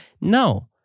No